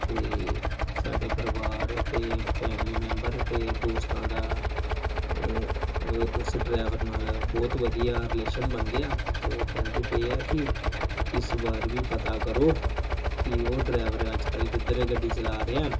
ਅਤੇ ਸਾਡੇ ਪਰਿਵਾਰ ਅਤੇ ਫੈਮਿਲੀ ਮੈਂਬਰ ਅਤੇ ਦੋਸਤਾਂ ਦਾ ਉਹ ਉਸ ਡਰਾਈਵਰ ਨਾਲ ਬਹੁਤ ਵਧੀਆ ਰਿਲੇਸ਼ਨ ਬਣ ਗਿਆ ਤੋਂ ਉਹ ਕਹਿੰਦੇ ਪਏ ਆ ਕਿ ਇਸ ਵਾਰ ਵੀ ਪਤਾ ਕਰੋ ਕਿ ਉਹ ਡਰਾਈਵਰ ਅੱਜ ਕੱਲ੍ਹ ਕਿੱਧਰ ਗੱਡੀ ਚਲਾ ਰਿਹਾ